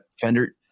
Fender